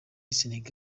senegal